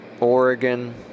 Oregon